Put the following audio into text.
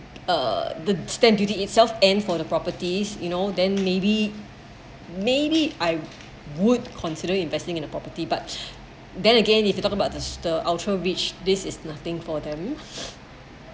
uh the stamp duty itself and for the properties you know then maybe maybe I would consider investing in a property but then again if you talk about the the ultra rich this is nothing for them